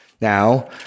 now